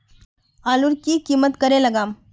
आलूर की किसम करे लागम?